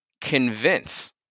convince